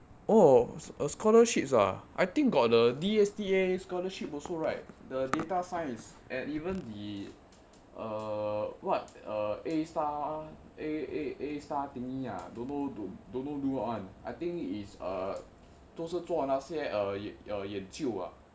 oh uh scholarships ah I think got the D_S_T_A scholarship also right the data science and even the err what err A star A A A star thingy ah don't know do don't know do what [one] I think is err 都是做那些那些呃研究啊:dou shi zuo nei xie nei xie eai yan jiu a